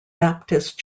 baptist